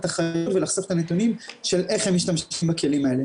אחריות ולחשוף את הנתונים של איך הם משתמשים בכלים האלה.